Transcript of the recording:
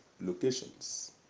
locations